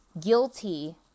guilty